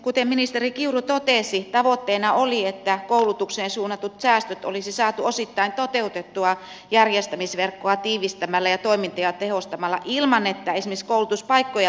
kuten ministeri kiuru totesi tavoitteena oli että koulutukseen suunnatut säästöt olisi saatu osittain toteutettua järjestämisverkkoa tiivistämällä ja toimintoja tehostamalla ilman että esimerkiksi koulutuspaikkoja tarvitsisi karsia